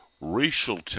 racial